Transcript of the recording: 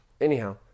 anyhow